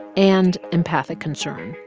and empathic concern,